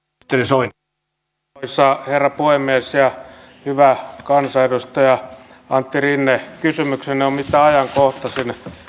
arvoisa herra puhemies hyvä kansanedustaja antti rinne kysymyksenne on mitä ajankohtaisin